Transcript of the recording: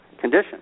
condition